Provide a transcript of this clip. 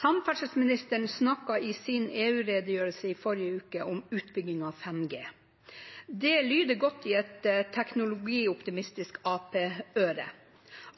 Samferdselsministeren snakket i sin EU-redegjørelse i forrige uke om utbygging av 5G. Det lyder godt i et teknologioptimistisk Arbeiderparti-øre.